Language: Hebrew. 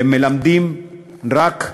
והם מלמדים, רק,